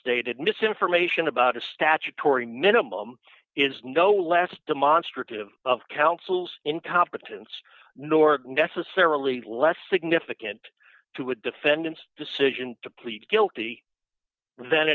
stated misinformation about a statutory minimum is no less demonstrative of counsel's incompetence nor necessarily less significant to a defendant's decision to plead guilty then